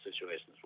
situations